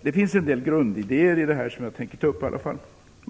Det finns en del grundidéer som jag tänkte ta upp.